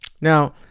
Now